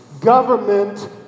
Government